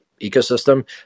ecosystem